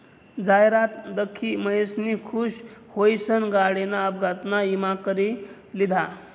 जाहिरात दखी महेशनी खुश हुईसन गाडीना अपघातना ईमा करी लिधा